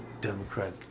Democrat